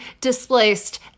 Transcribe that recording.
displaced